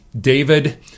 David